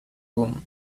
room